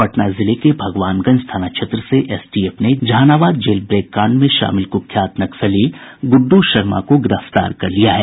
पटना जिले के भगवानगंज थाना क्षेत्र से एसटीएफ ने जहानाबाद जेल ब्रेक कांड में शामिल कुख्यात नक्सली गुड्डू शर्मा को गिरफ्तार कर लिया है